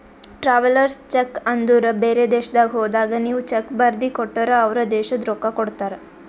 travellers cheque ಅಂದುರ್ ಬೇರೆ ದೇಶದಾಗ್ ಹೋದಾಗ ನೀವ್ ಚೆಕ್ ಬರ್ದಿ ಕೊಟ್ಟರ್ ಅವ್ರ ದೇಶದ್ ರೊಕ್ಕಾ ಕೊಡ್ತಾರ